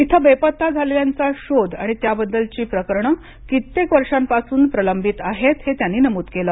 इथे बेपत्ता झालेल्यांचा शोध आणि त्याबद्दलची प्रकरणे कित्येक वर्षांपासून प्रलंबित आहेत हे त्यांनी नमूद केले